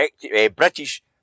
British